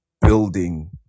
building